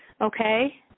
Okay